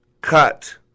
cut